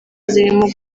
zirimo